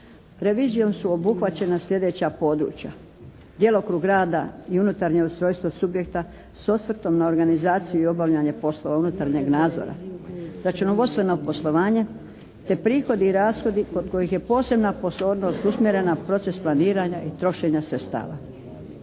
Revizijom su obuhvaćena sljedeća područja: djelokrug rada i unutarnje ustrojstvo subjekta s osvrt na organizaciju i obavljanje poslova unutarnjeg nadzora, računovodstveno poslovanje te prihodi i rashodi kod kojih je posebna pozornost usmjerena na proces planiranja i trošenja sredstava.